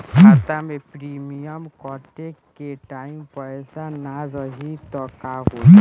खाता मे प्रीमियम कटे के टाइम पैसा ना रही त का होई?